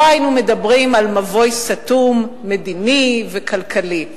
לא היינו מדברים על מבוי סתום מדיני וכלכלי.